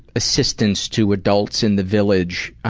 assistance to adults in the village,